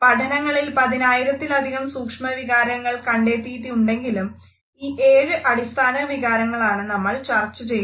പഠനങ്ങളിൽ പതിനായിരത്തിലധികം സൂക്ഷ്മവികാരങ്ങൾ കണ്ടെത്തിയിട്ടുണ്ടെങ്കിലും ഈ ഏഴ് അടിസ്ഥാന വികാരങ്ങളാണ് നമ്മൾ ചർച്ച ചെയ്യുന്നത്